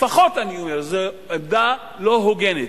לפחות, אני אומר, זו עמדה לא הוגנת.